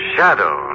Shadow